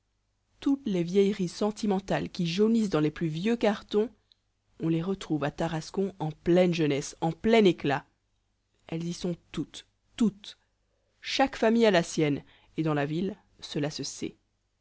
toutes les vieilleries sentimentales qui jaunissent dans les plus vieux cartons on les retrouve à tarascon en pleine jeunesse en plein éclat elles y sont toutes toutes chaque famille a la sienne et dans la ville cela se sait